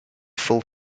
full